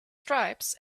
stripes